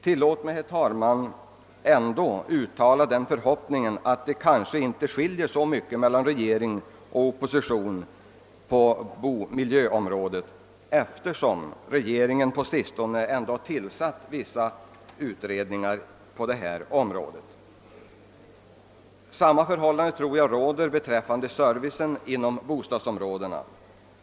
Tillåt mig ändå, herr talman, uttala förhoppningen att det inte skiljer så mycket mellan regering och opposition på miljöområdet, eftersom regeringen på sistone tillsatt vissa utredningar som skall behandla hithörande frågor. Samma förhållande tror jag råder beträffande servicen inom bostadsområdena.